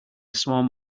swarm